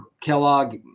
Kellogg